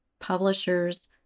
Publishers